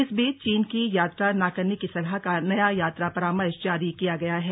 इस बीच चीन की यात्रा न करने की सलाह का नया यात्रा परामर्श जारी किया गया है